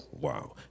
wow